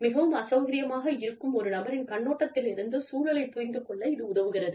மிகவும் அசௌகரியமாக இருக்கும் ஒரு நபரின் கண்ணோட்டத்திலிருந்து சூழலைப் புரிந்து கொள்ள இது உதவுகிறது